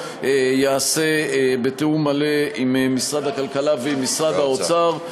ייעשה בתיאום מלא עם משרד הכלכלה ועם משרד האוצר.